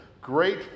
Great